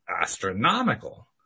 astronomical